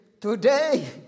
today